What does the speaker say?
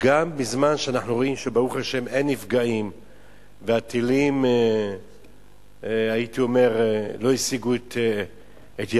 גם בזמן שאנחנו רואים שברוך השם אין נפגעים והטילים לא השיגו את יעדם,